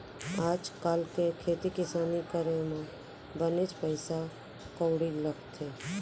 आज काल के खेती किसानी करे म बनेच पइसा कउड़ी लगथे